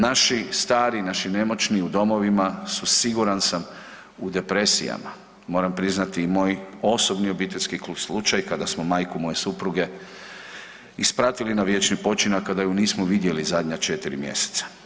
Naši stari, naši nemoćni u domovima su siguran sam u depresijama, moram priznati moj osobni obiteljski slučaj kada smo majku moje supruge ispratili na vječni počinak, a da ju nismo vidjeli zadnja četiri mjeseca.